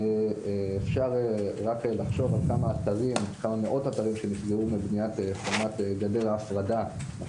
אפשר רק לחשוב על כמה מאות אתרים שנפגעו מבניית גדר ההפרדה.